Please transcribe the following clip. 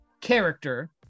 character